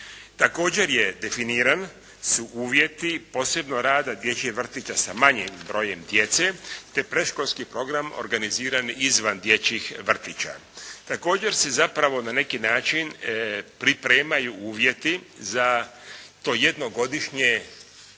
Također su definirani uvjeti posebno rada dječjih vrtića sa manjim brojem djece, te predškolski program organiziran izvan dječjih vrtića. Također se, zapravo, na neki način pripremaju uvjeti za tu jednogodišnju